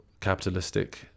capitalistic